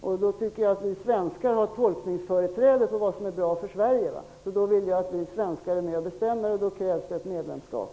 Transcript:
Således tycker jag att vi svenskar har tolkningsföreträde när det gäller det som är bra för Sverige. Därför vill jag att vi svenskar är med och bestämmer, och då krävs det ett medlemskap.